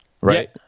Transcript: right